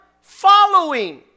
following